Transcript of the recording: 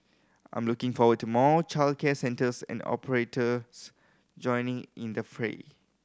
I'm looking forward to more childcare centres and operators joining in the fray